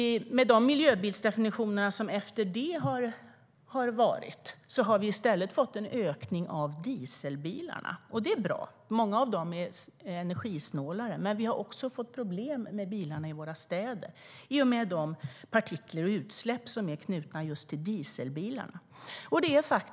Med de miljöbilsdefinitioner som har kommit efter det har vi i stället fått en ökning av dieselbilarna. Det är bra, för många av dem är energisnålare. Men vi har också fått problem med bilarna i våra städer i och med de partiklar och utsläpp som är knutna till just dieselbilarna.